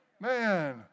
Man